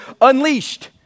Unleashed